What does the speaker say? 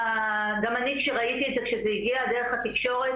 גם אני כשראיתי את זה כשזה הגיע דרך התקשורת,